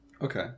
Okay